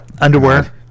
underwear